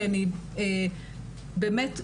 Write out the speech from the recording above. באמת,